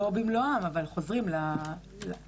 לא במלואם, אבל חוזרים חזרה.